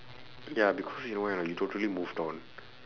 ya because you know why or not you totally moved on